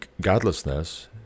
godlessness